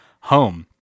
home